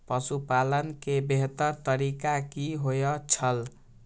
पशुपालन के बेहतर तरीका की होय छल?